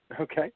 Okay